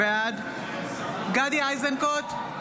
בעד גדי איזנקוט,